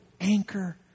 anchor